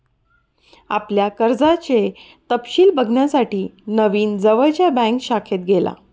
आपल्या कर्जाचे तपशिल बघण्यासाठी नवीन जवळच्या बँक शाखेत गेला